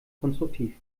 konstruktiv